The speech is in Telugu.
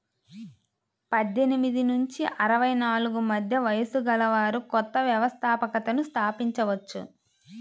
పద్దెనిమిది నుంచి అరవై నాలుగు మధ్య వయస్సు గలవారు కొత్త వ్యవస్థాపకతను స్థాపించవచ్చు